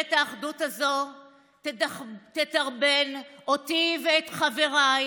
ממשלת האחדות הזאת תדרבן אותי ואת חבריי